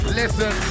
listen